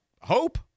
hope